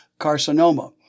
carcinoma